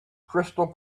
crystal